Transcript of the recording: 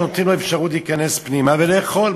שנותנים לו אפשרות להיכנס פנימה לאכול,